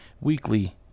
weekly